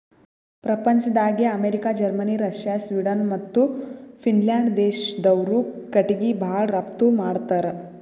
ಪ್ರಪಂಚ್ದಾಗೆ America, Germany, Russia, Sweden ಮತ್ತ್ Finland ದೇಶ್ದವ್ರು ಕಟಿಗಿ ಭಾಳ್ ರಫ್ತು ಮಾಡತ್ತರ್